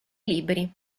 libri